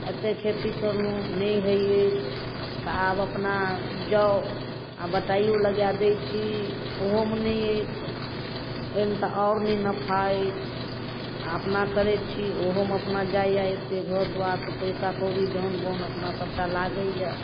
एतेक खेती करलहुँ नहि होइ अछि तऽ आब अपना जाउ आओर बटाइओ लगा दै छी ओहोमे नहि अछि ओहिमे तऽ आओर नहि नफा अछि आओर अपना करै छी ओहोमे अपना जाइ आइते घर दुआरिसँ पइसा कौड़ी जनवन अपना सबटा लागैए